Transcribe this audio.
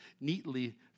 neatly